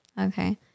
Okay